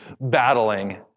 battling